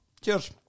cheers